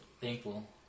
thankful